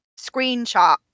screenshot